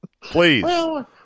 Please